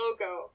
logo